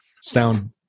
sound